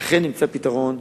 ואכן, נמצא פתרון.